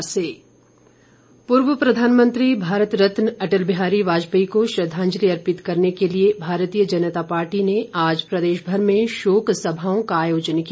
श्रद्वांजलि पूर्व प्रधानमंत्री भारत रत्न अटल बिहारी वाजपेयी को श्रद्धांजलि अर्पित करने के लिए भारतीय जनता पार्टी ने आज प्रदेश भर में शोक सभाओं का आयोजन किया